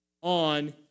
on